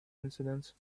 incidents